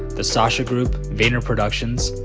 the sasha group, vayner productions,